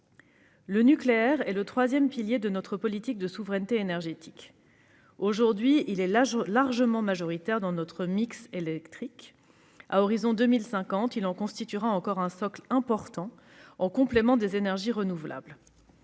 Le nucléaire est le troisième pilier de notre politique de souveraineté énergétique. Aujourd'hui, il est largement majoritaire dans notre mix électrique. À l'horizon de 2050, il en constituera encore un socle important en complément des énergies renouvelables.